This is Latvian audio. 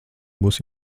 būs